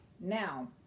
now